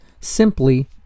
simply